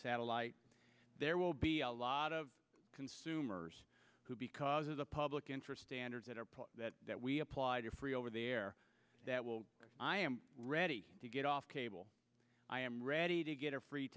satellite there will be a lot of consumers who because of the public interest standards that are that we applied are free over there that will i am ready to get off cable i am ready to get a free